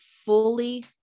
fully